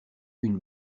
une